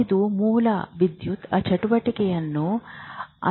ಇದು ಮೂಲ ವಿದ್ಯುತ್ ಚಟುವಟಿಕೆಯನ್ನು ಅನುವಾದಿಸುತ್ತದೆ